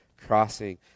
crossing